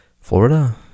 florida